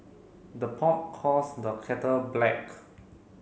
the pot calls the kettle black